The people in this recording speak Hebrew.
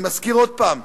אני מזכיר עוד פעם: